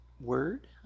word